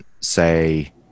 say